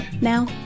Now